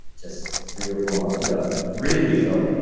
just three or four months ago. really so